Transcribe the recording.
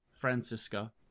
Francisca